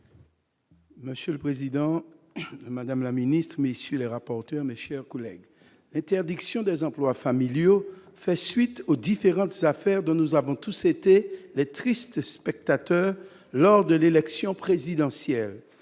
Monsieur le président, madame la garde des sceaux, mes chers collègues, l'interdiction des emplois familiaux fait suite aux différentes affaires dont nous avons tous été les tristes spectateurs lors de l'élection présidentielle.